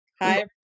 hi